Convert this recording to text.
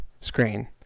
screen